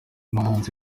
muhanzi